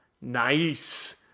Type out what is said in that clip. Nice